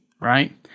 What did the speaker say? Right